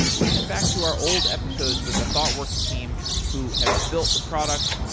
listen back to our old episodes with the thoughtworks team who have built the product.